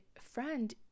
friend